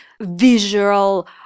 visual